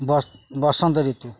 ବସନ୍ତ ଋତୁ